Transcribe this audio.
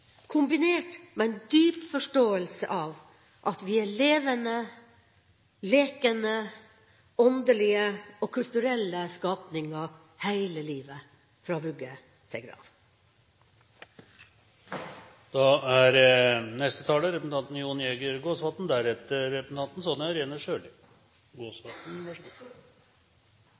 kombinert med en dyp forståelse av at vi er levende, lekende, åndelige og kulturelle skapninger heile livet – fra vugge til